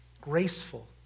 graceful